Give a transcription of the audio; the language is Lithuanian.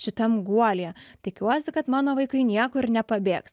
šitam guolyje tikiuosi kad mano vaikai niekur nepabėgs